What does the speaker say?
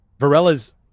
Varela's